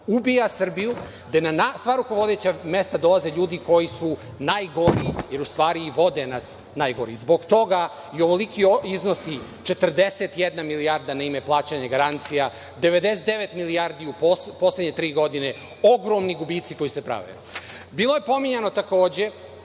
ubija Srbiju, gde na sva rukovodeća mesta dolaze ljudi koji su najgori jer u stvari i vode nas najgori. Zbog toga i ovoliki iznosi – 41 milijarda naime plaćanje garancija, 99 milijardi u poslednje tri godine, ogromni gubici koji se prave. Bilo je pominjano takođe